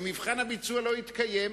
במבחן הביצוע לא התקיים,